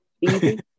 easy